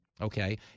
Okay